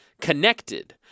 connected